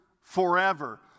forever